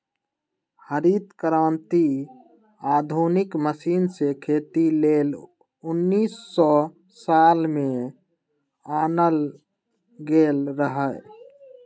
हरित क्रांति आधुनिक मशीन से खेती लेल उन्नीस सौ साठ में आनल गेल रहै